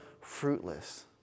fruitless